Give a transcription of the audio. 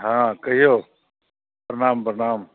हँ कहियौ प्रणाम प्रणाम